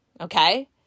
okay